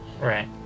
Right